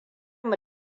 mu